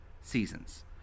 seasons